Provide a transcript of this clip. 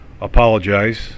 apologize